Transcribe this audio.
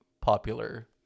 popular